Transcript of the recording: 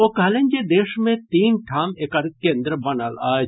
ओ कहलनि जे देश मे तीन ठाम एकर केन्द्र बनल अछि